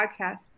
podcast